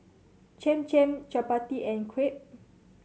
Cham Cham Chapati and Crepe